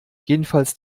jedenfalls